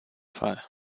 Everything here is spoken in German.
fall